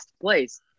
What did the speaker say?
place